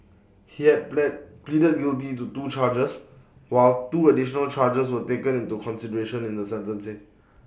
he had pleaded guilty to two charges while two additional charges were taken into consideration in the sentencing